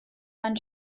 mein